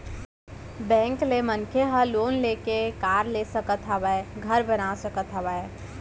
bank ले मनसे ह लोन लेके कार ले सकत हावय, घर बना सकत हावय